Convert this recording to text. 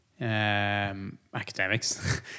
academics